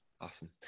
Awesome